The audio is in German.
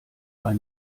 bei